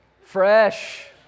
Fresh